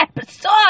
episode